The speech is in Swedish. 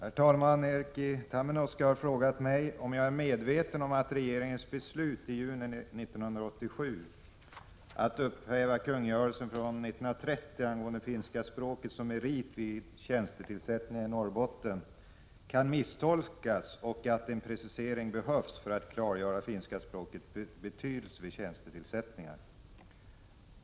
Herr talman! Erkki Tammenoksa har frågat mig om jag är medveten om att regeringens beslut i juni 1987 att upphäva kungörelsen från år 1930 angående finska språket som merit vid tjänstetillsättningar i Norrbotten kan misstolkas och att en precisering behövs för att klargöra finska språkets betydelse vid tjänstetillsättningar.